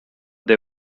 they